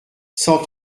cent